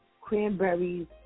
cranberries